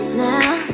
now